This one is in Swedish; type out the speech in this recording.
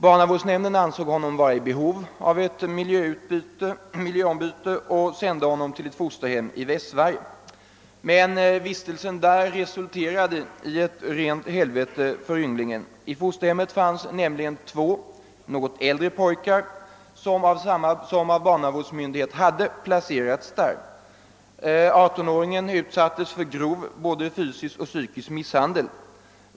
Barnavårdsnämnden ansåg honom i behov av miljöombyte och sände honom till ett fosterhem i Västsverige. Men vistelsen där resulterade i ett rent helvete för ynglingen. I fosterhemmet fanns nämligen två något äldre pojkar som av barnavårdsmyndighet hade placerats där. De utsatte 18-åringen för grov både fysisk och psykisk misshandel.